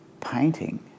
painting